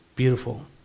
beautiful